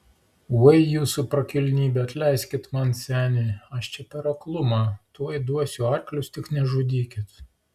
oi jūsų prakilnybe atleiskit man seniui aš čia per aklumą tuoj duosiu arklius tik nežudykit